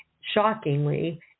shockingly